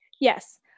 Yes